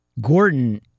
Gordon